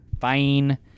Fine